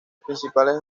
principales